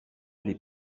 les